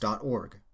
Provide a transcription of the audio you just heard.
org